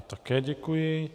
Také děkuji.